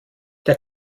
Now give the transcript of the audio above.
der